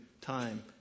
time